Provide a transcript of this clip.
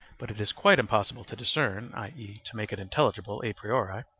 but it is quite impossible to discern, i e, to make it intelligible a priori,